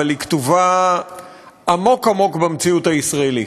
היא כתובה עמוק-עמוק במציאות הישראלית,